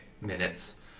minutes